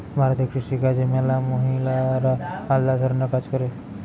ভারতে কৃষি কাজে ম্যালা মহিলারা আলদা ধরণের কাজ করে